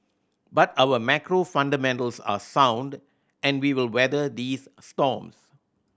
but our macro fundamentals are sound and we will weather these storms